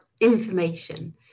information